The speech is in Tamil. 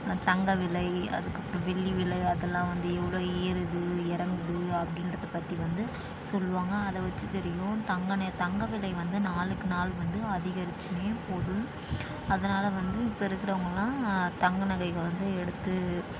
தங்கம் விலை அதுக்கப்புறம் வெள்ளி விலை அதெல்லாம் வந்து இவ்வளோ ஏறுது இறங்குது அப்படின்றத பற்றி வந்து சொல்லுவாங்க அதை வச்சு தெரியும் தங்க தங்க விலை வந்து நாளுக்கு நாள் வந்து அதிகரிச்சிகின்னே போகுது அதனால வந்து இப்போ இருக்கிறவங்கள்லாம் தங்க நகைகளை வந்து எடுத்து